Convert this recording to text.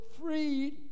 freed